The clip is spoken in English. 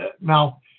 Now